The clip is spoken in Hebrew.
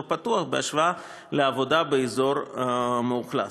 פתוח בהשוואה לעבודה באזור מאוכלס.